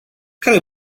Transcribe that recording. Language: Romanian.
care